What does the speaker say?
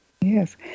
Yes